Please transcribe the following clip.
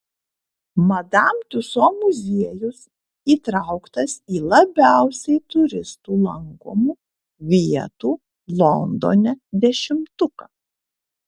madam tiuso muziejus įtrauktas į labiausiai turistų lankomų vietų londone dešimtuką